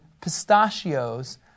pistachios